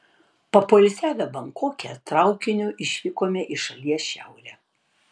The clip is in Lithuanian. papoilsiavę bankoke traukiniu išvykome į šalies šiaurę